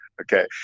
Okay